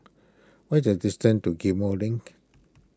what the distance to Ghim Moh Link